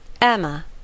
Emma